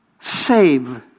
save